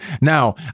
Now